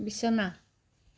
বিছনা